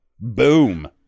Boom